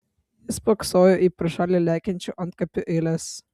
jis spoksojo į pro šalį lekiančių antkapių eiles